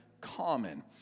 common